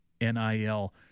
NIL